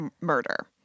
murder